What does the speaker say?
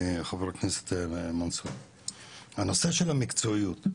חה"כ מנסור עבאס הנושא של המקצועיות,